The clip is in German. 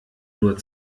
nur